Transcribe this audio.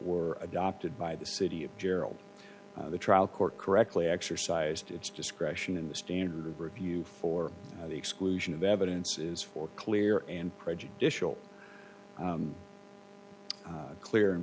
were adopted by the city of gerald the trial court correctly exercised its discretion in the standard of review for the exclusion of evidence is for clear and prejudicial a clear and